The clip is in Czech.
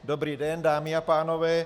Dobrý den, dámy a pánové.